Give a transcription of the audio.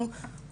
תמיד זה קורה,